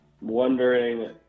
Wondering